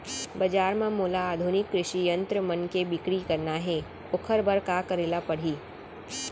बजार म मोला आधुनिक कृषि यंत्र मन के बिक्री करना हे ओखर बर का करे ल पड़ही?